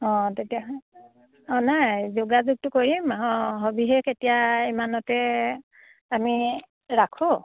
অঁ তেতিয়া অঁ নাই যোগাযোগটো কৰিম অঁ সবিশেষ এতিয়া ইমানতে আমি ৰাখোঁ